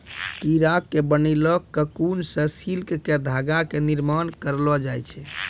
कीड़ा के बनैलो ककून सॅ सिल्क के धागा के निर्माण करलो जाय छै